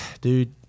Dude